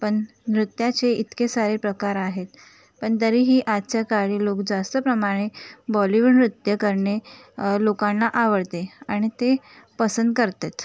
पण नृत्याचे इतके सारे प्रकार आहेत पण तरीही आजच्या काळी लोक जास्त प्रमाणे बॉलीवूड नृत्य करणे लोकांना आवडते आणि ते पसंत करतेत